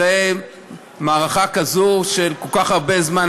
אחרי מערכה כזו של כל כך הרבה זמן,